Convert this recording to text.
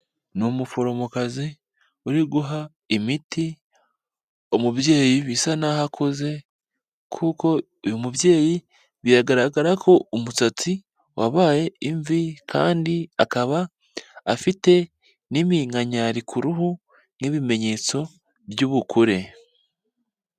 Ni umuforomokazi uri guha imiti umubyeyi bisa naho akuze, kuko uyu mubyeyi biragaragara ko umusatsi wabaye imvi kandi akaba afite n'impinkanyari ku ruhu nk'ibimenyetso by'ubukure.